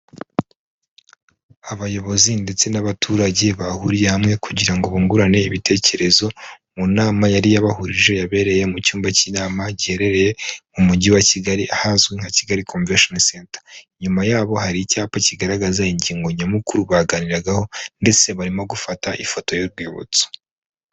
Abayobozi ndetse n'abaturage bahuriye hamwe kugira ngo bungurane ibitekerezo mu nama yari yabahurije, yabereye mu cyumba cy'inama giherereye mu mujyi wa Kigali ahazwi nka Kigali komvesheniseta. Inyuma yabo hari icyapa kigaragaza ingingo nyamukuru baganiragaho ndetse barimo gufata ifoto y'urwibutso.